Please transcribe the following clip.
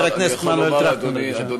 חבר הכנסת מנואל טרכטנברג, בבקשה.